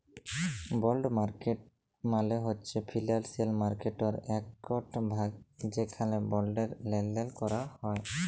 বল্ড market মালে হছে financial মার্কেটটর একট ভাগ যেখালে বল্ডের লেলদেল ক্যরা হ্যয়